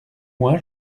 moi